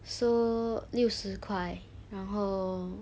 so 六十块然后